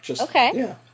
Okay